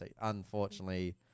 unfortunately